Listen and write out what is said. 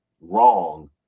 wrong